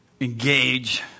engage